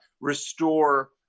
restore